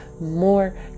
more